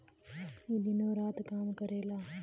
ई दिनो रात काम करेला